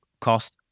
cost